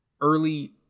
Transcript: early